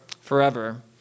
Forever